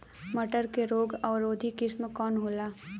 मटर के रोग अवरोधी किस्म कौन होला?